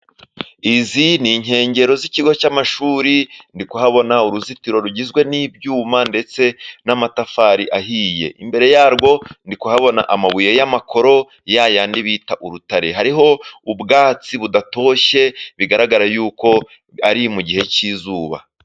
Izi ni inkengero z'ikigo cy'amashuri, ndi kuhabona uruzitiro rugizwe n'ibyuma ndetse n'amatafari ahiye. Imbere yarwo ndi kuhabona amabuye y'amakoro, ya yandi bita urutare. Hariho ubwatsi budatoshye bigaragara yuko ari mu gihe cy'izuba.